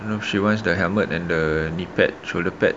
you know she wants the helmet and the knee pad shoulder pad